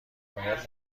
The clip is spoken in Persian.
باید